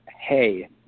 hey